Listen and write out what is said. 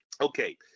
Okay